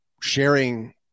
sharing